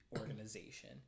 organization